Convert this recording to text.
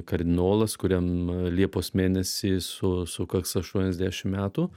kardinolas kuriam liepos mėnesį su sukaks aštuoniasdešimt metų